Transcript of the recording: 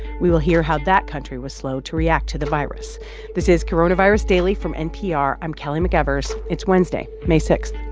we will hear how that country was slow to react to the virus this is coronavirus daily from npr. i'm kelly mcevers. it's wednesday, may six